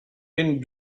wind